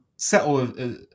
Settle